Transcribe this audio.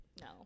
no